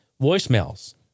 voicemails